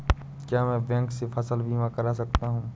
क्या मैं बैंक से फसल बीमा करा सकता हूँ?